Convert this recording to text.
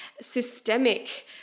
systemic